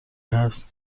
هست